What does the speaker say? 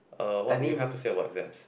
uh what do you have to say about exams